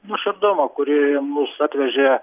nuoširdumo kurį mums atvežė